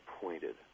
pointed